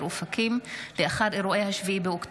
שירי בנושא: הפקרת העיר אופקים לאחר אירועי 7 באוקטובר.